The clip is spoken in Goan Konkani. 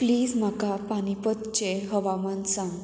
प्लीज म्हाका पानीपतचें हवामान सांग